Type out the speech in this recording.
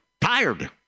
tired